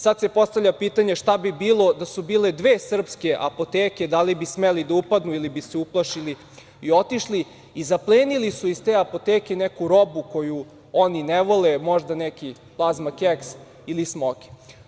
Sad se postavlja pitanje šta bi bilo da su bile dve srpske apoteke, da li bi smeli da upadnu ili bi se uplašili i otišli i zaplenili su iz te apoteke neku robu koju oni ne vole, možda neki plazma keks ili smoki.